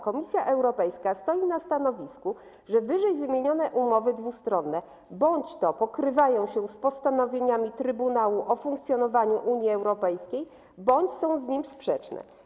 Komisja Europejska stoi na stanowisku, że wymienione umowy dwustronne bądź pokrywają się z postanowieniami Traktatu o funkcjonowaniu Unii Europejskiej, bądź są z nim sprzeczne.